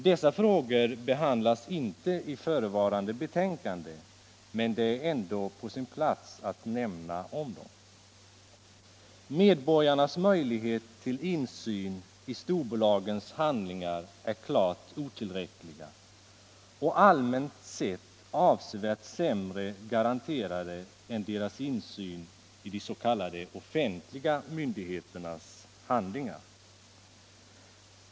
Dessa frågor behandlas inte i förevarande betänkande, men det är ändå på sin plats att nämna dem. Medborgarnas möjligheter till insyn i storbolagens handlingar är klart otillräckliga och allmänt sett avsevärt sämre garanterade än deras insyn i de s.k. offentliga myndigheternas handlingar.